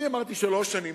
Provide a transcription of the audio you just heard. אני אמרתי שלוש שנים,